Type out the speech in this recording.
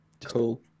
cool